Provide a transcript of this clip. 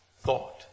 thought